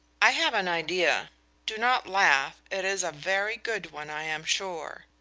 i have an idea do not laugh, it is a very good one, i am sure.